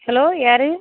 hello யார்